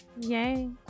Yay